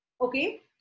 Okay